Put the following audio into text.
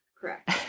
Correct